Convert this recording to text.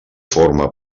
formà